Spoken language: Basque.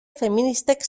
feministek